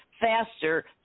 faster